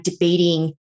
debating